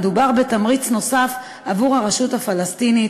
מדובר בתמריץ נוסף עבור הרשות הפלסטינית